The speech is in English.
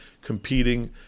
competing